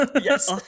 Yes